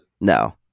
No